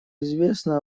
известно